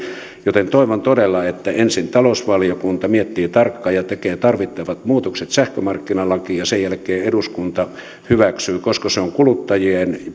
joten toivon todella että ensin talousvaliokunta miettii tarkkaan ja tekee tarvittavat muutokset sähkömarkkinalakiin ja sen jälkeen eduskunta hyväksyy koska se on kuluttajien